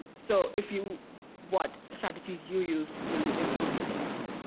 and so if you what strategies you used to improve yourself